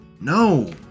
no